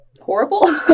horrible